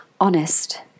honest